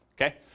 Okay